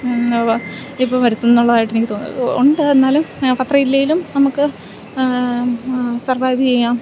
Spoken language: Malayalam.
വാ ഇപ്പോൾ വരുത്തുന്നുള്ളതായിട്ട് എനിക്ക് തോ ഉണ്ട് എന്നാലും പത്രം ഇല്ലേലും നമുക്ക് സർവൈവ് ചെയ്യാം